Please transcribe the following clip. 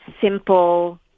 simple